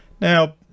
Now